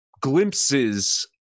glimpses